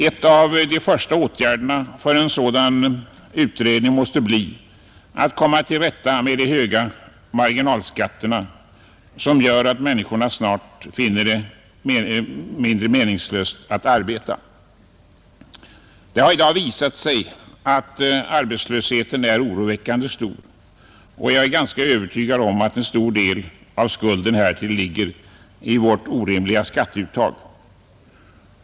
En av de första åtgärderna för en sådan utredning måste bli att komma till rätta med de höga marginalskatterna, som gör att människorna snart finner det mindre meningsfullt att arbeta. Det har i dag visat sig att arbetslösheten är oroväckande stor, och jag är ganska övertygad om att en stor del av skulden härtill ligger i vårt orimliga skatteuttag.